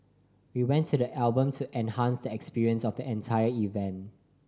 we want the album to enhance the experience of the entire event